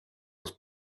was